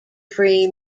free